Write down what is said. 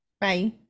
bye